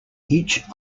each